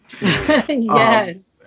Yes